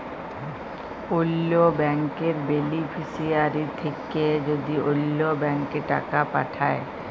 অল্য ব্যাংকের বেলিফিশিয়ারি থ্যাকে যদি অল্য ব্যাংকে টাকা পাঠায়